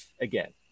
again